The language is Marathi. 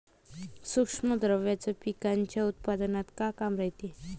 सूक्ष्म द्रव्याचं पिकाच्या उत्पन्नात का काम रायते?